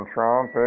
Trump